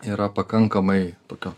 yra pakankamai tokio